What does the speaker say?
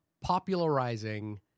popularizing